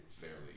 fairly